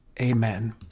Amen